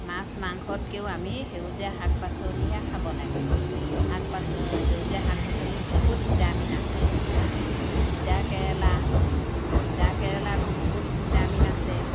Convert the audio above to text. মাছ মাংসতকৈও আমি সেউজীয়া শাক পাচলিহে খাব লাগে শাক পাচলি সেউজীয়া শাক পাচলিত বহুত ভিটামিন আছে তিতা কেৰেলা তিতা কেৰেলাটো বহুত ভিটামিন আছে